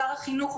לשר החינוך,